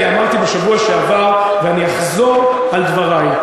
אני אמרתי בשבוע שעבר ואני אחזור על דברי,